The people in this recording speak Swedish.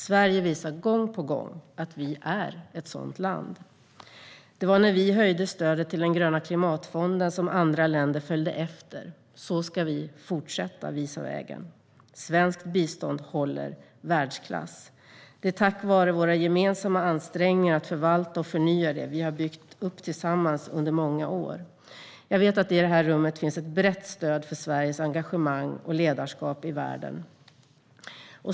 Sverige visar gång på gång att det är ett sådant land. När vi höjde stödet till den gröna klimatfonden följde andra länder efter. Vi ska fortsätta visa vägen på det sättet. Svenskt bistånd håller världsklass. Tack vare våra gemensamma ansträngningar att förvalta och förnya har vi byggt upp det tillsammans under många år. Jag vet att det i det här rummet finns ett brett stöd för Sveriges engagemang och ledarskap i världen.